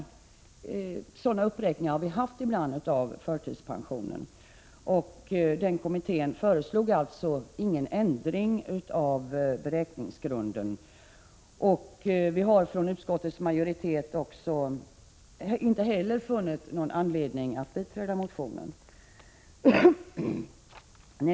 E dikappersättning Sådana uppräkningar har vi gjort tidigare av förtidspensionen. Kommittén föreslog alltså ingen ändring av beräkningsgrunderna. Vi från utskottsmajoriteten har inte heller funnit någon anledning att biträda motionen.